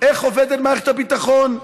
איך עובדת מערכת הביטחון.